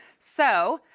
so,